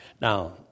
Now